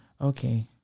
okay